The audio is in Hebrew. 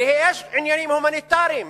הרי יש עניינים הומניטריים.